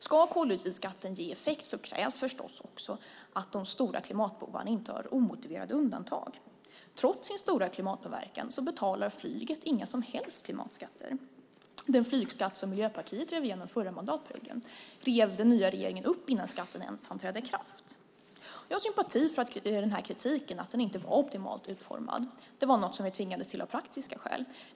Om koldioxidskatten ska ge effekt krävs förstås också att de stora klimatbovarna inte har omotiverade undantag. Trots sin stora klimatpåverkan betalar flyget inga som helst klimatskatter. Den flygskatt som Miljöpartiet drev igenom under den förra mandatperioden rev den nya regeringen upp innan skatten ens hann träda i kraft. Jag har sympati för kritiken att den inte var optimalt utformad; det var något som vi tvingades till av praktiska skäl.